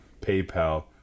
PayPal